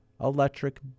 electric